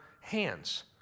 hands